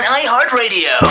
iHeartRadio